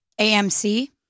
AMC